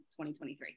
2023